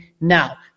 now